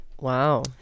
Wow